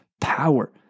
power